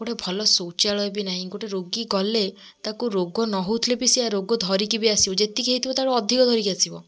ଗୋଟେ ଭଲ ଶୌଚାଳୟ ବି ନାହିଁ ଗୋଟେ ରୋଗୀ ଗଲେ ତାକୁ ରୋଗ ନ ହେଉଥିଲେ ବି ସିଏ ରୋଗ ଧରିକି ବି ଆସିବ ଯେତିକି ହୋଇଥିବ ତାଠୁ ଅଧିକ ଧରିକି ଆସିବ